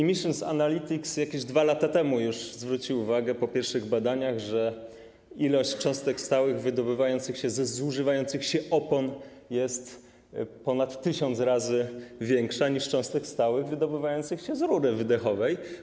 Emissions Analytics jakieś 2 lata temu już zwrócił uwagę po pierwszych badaniach, że ilość cząstek stałych wydobywających się ze zużywających się opon jest ponad 1000 razy większa niż cząstek stałych wydobywających się z rury wydechowej.